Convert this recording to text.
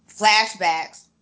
flashbacks